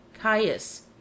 Caius